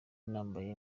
nambaye